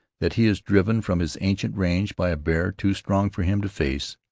that he is driven from his ancient range by a bear too strong for him to face,